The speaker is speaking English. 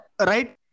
Right